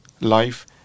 life